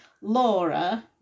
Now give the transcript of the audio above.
Laura